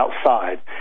outside